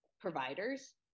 providers